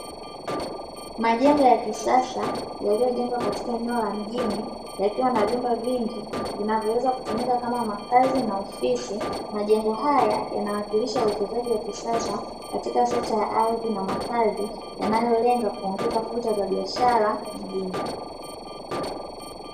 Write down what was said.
Majengo ya kisasa yaliyojengwa katika eneo ya mjini yakiwa na vyumba vingi vinavyoweza kutumika kama makazi na ofisi, majengo haya yanawakilisha uwekezaji wa kisasa katika sekta ya ardhi na makazi yanayalenga kuongeza fursa za biashara mjini.